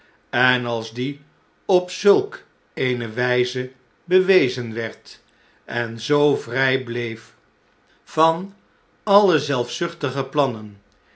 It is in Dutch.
en als die op zulk eene w jze bewezen werd en zoo vry bleef van alle zelfzuchtige plannen